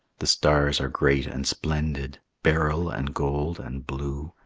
the stars are great and splendid, beryl and gold and blue,